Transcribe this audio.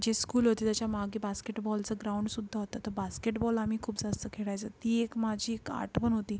जी school होती त्याच्यामागे बास्केटबॉलचं ग्राऊंडसुद्धा होतं तर बास्केटबॉल आम्ही खूप जास्त खेळायचं ती एक माझी क् आठवण होती